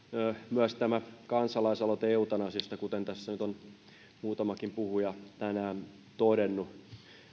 myös kansalaisaloite eutanasiasta kuten tässä on muutamakin puhuja tänään todennut